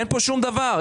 אין פה שום דבר.